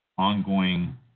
ongoing